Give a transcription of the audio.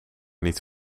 niet